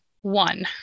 one